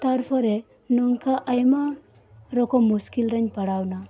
ᱛᱟᱨᱯᱚᱨᱮ ᱱᱩᱝᱠᱟ ᱟᱭᱢᱟ ᱨᱚᱠᱚᱢ ᱢᱩᱥᱠᱤᱞᱨᱮᱧ ᱯᱟᱲᱟᱣᱮᱱᱟ